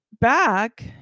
Back